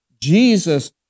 Jesus